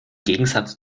gegensatz